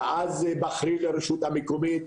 מאז היבחרי לרשות המקומית,